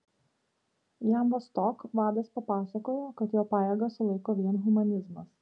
jam vostok vadas papasakojo kad jo pajėgas sulaiko vien humanizmas